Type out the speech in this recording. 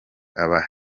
aba